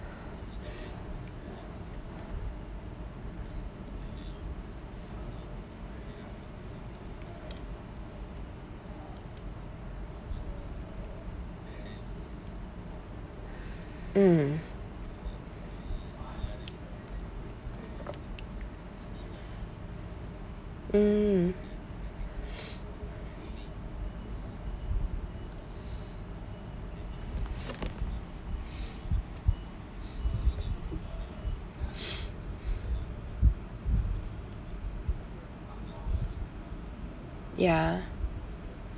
mm mm ya